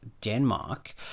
Denmark